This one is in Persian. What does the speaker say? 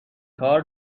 کار